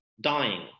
dying